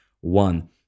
one